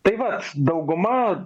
tai va dauguma